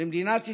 למדינת ישראל,